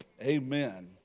amen